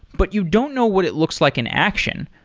but you don't know what it looks like in action,